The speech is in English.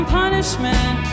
punishment